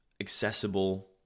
accessible